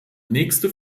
nächste